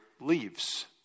leaves